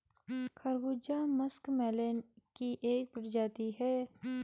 खरबूजा मस्कमेलन की एक प्रजाति है